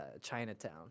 Chinatown